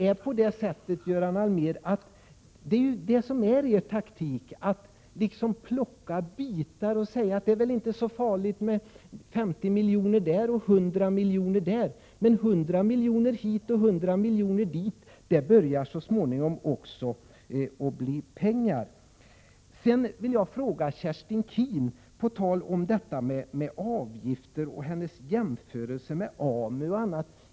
Er taktik, Göran Allmér, går ut på att plocka ut bitar. Ni säger: Det är väl inte så farligt med 50 miljoner här och 100 miljoner där. Men 100 miljoner hit och 100 miljoner dit blir så småningom också pengar. Sedan till Kerstin Keen när det gäller detta med avgifter och hennes jämförelser med AMU etc.